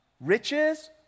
riches